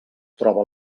troba